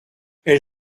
elle